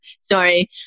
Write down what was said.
sorry